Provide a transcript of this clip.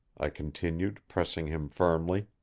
i continued, pressing him firmly.